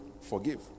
forgive